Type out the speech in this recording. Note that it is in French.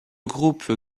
groupe